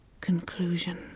conclusion